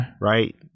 Right